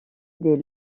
des